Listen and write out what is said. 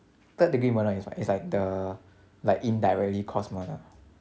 third degree murder is what is like the like indirectly caused murder